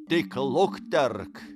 tik lukterk